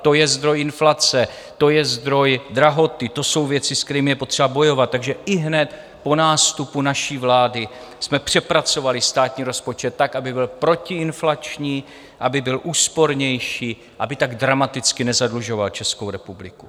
To je zdroj inflace, to je zdroj drahoty, to jsou věci, s kterými je potřeba bojovat, takže ihned po nástupu naší vlády jsme přepracovali státní rozpočet tak, aby byl protiinflační, aby byl úspornější, aby tak dramaticky nezadlužoval Českou republiku.